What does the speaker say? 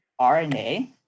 RNA